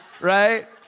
Right